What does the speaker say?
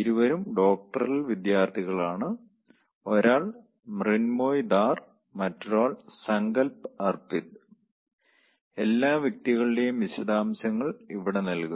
ഇരുവരും ഡോക്ടറൽ വിദ്യാർഥികൾ ആണ് ഒരാൾ മ്രിൻമോയ് ധാർ മറ്റൊരാൾ സങ്കൽപ് അർപിത് എല്ലാ വ്യക്തികളുടെയും വിശദാംശങ്ങൾ ഇവിടെ നൽകുന്നു